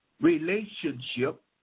relationship